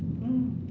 mm